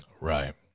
Right